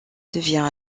devient